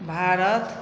Bharat